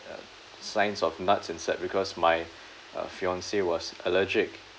signs of nuts inside because my uh fiancee was allergic